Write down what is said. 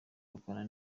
rukorana